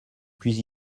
puis